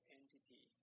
entity